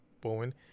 Bowen